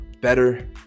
better